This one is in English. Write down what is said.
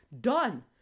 Done